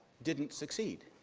didn't succeed.